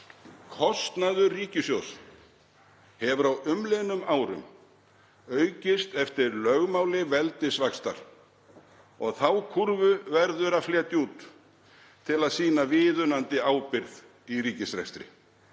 Kostnaður ríkissjóðs hefur á umliðnum árum aukist eftir lögmáli veldisvaxtar. Þá kúrfu verður að fletja út til að sýna viðunandi ábyrgð í ríkisrekstri.